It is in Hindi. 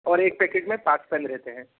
और एक पैकेट में पाँच पेन रहते हैं